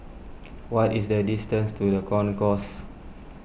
what is the distance to the Concourse